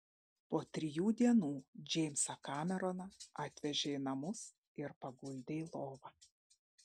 po trijų dienų džeimsą kameroną atvežė į namus ir paguldė į lovą